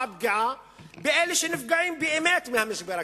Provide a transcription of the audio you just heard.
פגיעה באלה שנפגעים באמת מהמשבר הכלכלי.